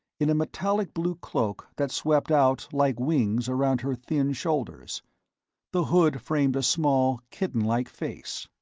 in a metallic blue cloak that swept out, like wings, around her thin shoulders the hood framed a small, kittenlike face.